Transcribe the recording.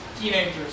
teenagers